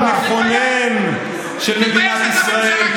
אינם מקבלים את ההסדר המכונן של מדינת ישראל,